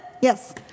Yes